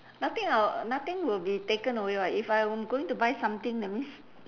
nothing I'll nothing will be taken away [what] if I'm going to buy something that means